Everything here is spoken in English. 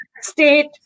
state